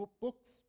books